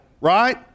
Right